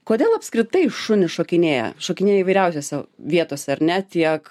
kodėl apskritai šunys šokinėja šokinėja įvairiausiose vietose ar ne tiek